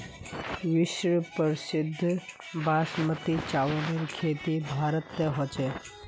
विश्व प्रसिद्ध बासमतीर चावलेर खेती भारतत ह छेक